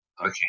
Okay